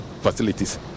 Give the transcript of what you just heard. facilities